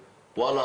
ואללה,